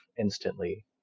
instantly